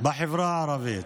בחברה הערבית.